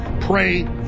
pray